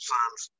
Sons